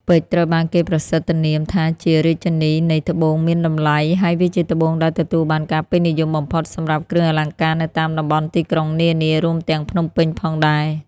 ពេជ្រ ត្រូវបានគេប្រសិទ្ធនាមថាជារាជិនីនៃត្បូងមានតម្លៃ ហើយវាជាត្បូងដែលទទួលបានការពេញនិយមបំផុតសម្រាប់គ្រឿងអលង្ការនៅតាមតំបន់ទីក្រុងនានា រួមទាំងភ្នំពេញផងដែរ។